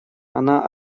она